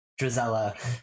Drizella